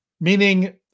Meaning